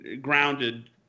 grounded